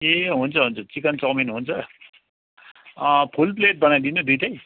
ए हुन्छ हुन्छ chicken chow mein हुन्छ फुल प्लेट बनाइदिनु दुईवटै